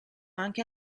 anche